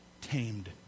tamed